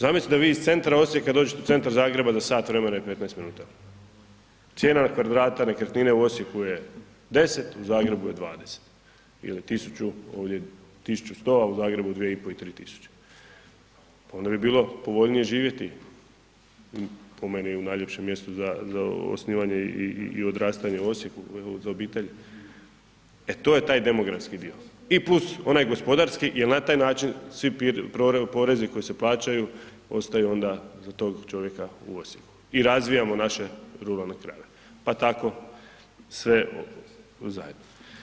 Zamislite da vi iz centra Osijeka dođete u centar Zagreba za sat vremena i 15 minuta, cijena kvadrata nekretnine u Osijeku je 10, u Zagrebu je 20 ili 1000, ovdje 1100, a u Zagrebu 2500 i 3000, pa onda bi bilo povoljnije živjeti po meni u najljepšem mjestu za, za osnivanje i, i, i odrastanje u Osijeku uz obitelj, e to je taj demografski dio i + onaj gospodarski jel na taj način svi porezi koji se plaćaju ostaju onda za tog čovjeka u Osijeku i razvijamo naše ruralne krajeve, pa tako sve zajedno.